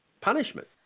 punishment